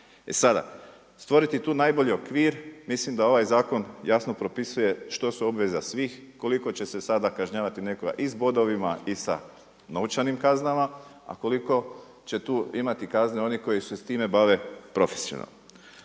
E sada, stvoriti tu najbolji okvir, mislim da ovaj zakon jasno propisuje što su obveza svih, koliko će se sada kažnjavati nekoga i s bodovima i sa novčanim kaznama, a koliko će tu imati kazne oni koji se s time bave profesionalno.